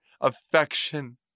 affection